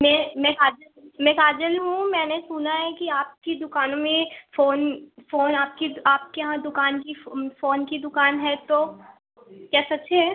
मे मैं काजल मैं काजल हूँ मैंने सुना है कि आपकी दुकान में फ़ोन फ़ोन आपकी आपके यहाँ दुकान की फ़ोन की दुकान है तो क्या सच है